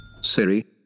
Siri